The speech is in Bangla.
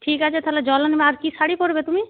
ঠিক আছে তা হলে জলও নেবে আর কী শাড়ি পরবে তুমি